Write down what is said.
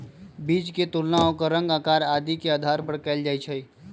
बीज के तुलना ओकर रंग, आकार आदि के आधार पर कएल जाई छई